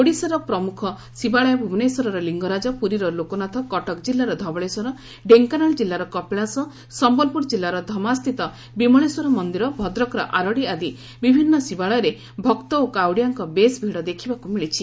ଓଡ଼ିଶାର ପ୍ରମୁଖ ଶିବାଳୟ ଭୁବନେଶ୍ୱରର ଲିଙ୍ଗରାଜ ପୁରୀର ଲୋକନାଥ କଟକ ଜିଲ୍ଲାର ଧବଳେଶ୍ୱର ଡେଙ୍କାନାଳ ଜିଲ୍ଲାର କପିଳାସ ସମ୍ୟଲପୁର ଜିଲ୍ଲାର ଧମାସ୍ଚିତ ବିମଳେଶ୍ୱର ମନ୍ଦିର ଭଦ୍ରକର ଆରଡ଼ି ଆଦି ବିଭିନ୍ନ ଶିବାଳୟରେ ଭକ୍ତ ଓ କାଉଡ଼ିଆଙ୍କ ବେଶ୍ ଭିଡ଼ ଦେଖ୍ବାକୁ ମିଳିଛି